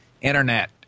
Internet